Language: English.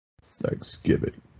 Thanksgiving